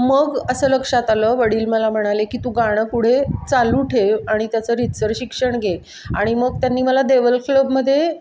मग असं लक्षात आलं वडील मला म्हणाले की तू गाणं पुढे चालू ठेव आणि त्याचं रीतसर शिक्षण घे आणि मग त्यांनी मला देवल क्लबमध्ये